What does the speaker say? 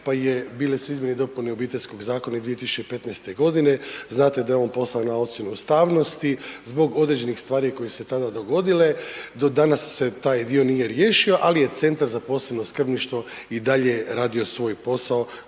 pa je, bile su izmjene i dopune Obiteljskog zakona i 2015.g., znate da je on poslan na ocjenu ustavnosti zbog određenih stvari koje su se tada dogodile, do danas se taj dio nije riješio, ali je Centar za posebno skrbništvo i dalje radio svoj posao,